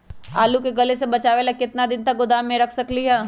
आलू के गले से बचाबे ला कितना दिन तक गोदाम में रख सकली ह?